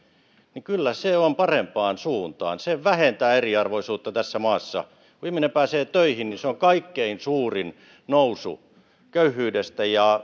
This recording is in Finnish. niin kyllä se on menoa parempaan suuntaan se vähentää eriarvoisuutta tässä maassa kun ihminen pääsee töihin niin se on kaikkein suurin nousu köyhyydestä ja